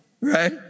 right